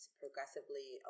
progressively